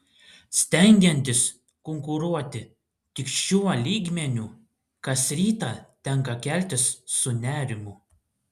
stengiantis konkuruoti tik šiuo lygmeniu kas rytą tenka keltis su nerimu